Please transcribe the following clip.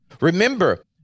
remember